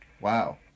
Wow